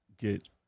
get